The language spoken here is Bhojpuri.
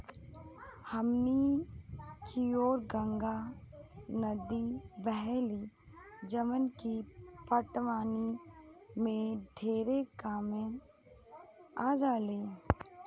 हमनी कियोर गंगा नद्दी बहेली जवन की पटवनी में ढेरे कामे आजाली